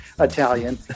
Italian